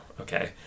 okay